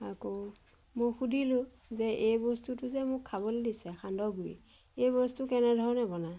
আকৌ মোক সুধিলোঁ যে এই বস্তুটো যে মোক খাবলৈ দিছে সান্দহগুড়ি এই বস্তু কেনেধৰণে বনায়